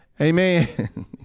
Amen